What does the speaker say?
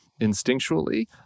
instinctually